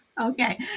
Okay